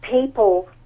people